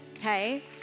Hey